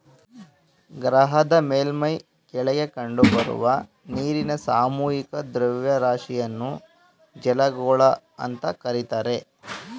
ಗ್ರಹದ ಮೇಲ್ಮೈ ಕೆಳಗೆ ಕಂಡುಬರುವ ನೀರಿನ ಸಾಮೂಹಿಕ ದ್ರವ್ಯರಾಶಿಯನ್ನು ಜಲಗೋಳ ಅಂತ ಕರೀತಾರೆ